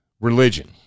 religion